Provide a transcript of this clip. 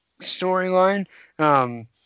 storyline